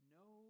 no